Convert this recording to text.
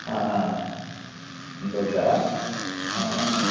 ह ह सन्तोषः ह ह ह